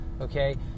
okay